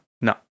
No